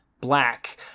Black